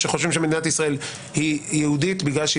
שחושבים שמדינת ישראל היא יהודית בגלל שהיא